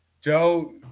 Joe